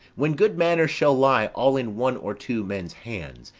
when good manners shall lie all in one or two men's hands,